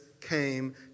came